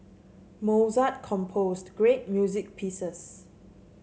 Mozart composed great music pieces